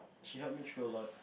she help me through a lot